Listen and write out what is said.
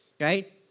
Right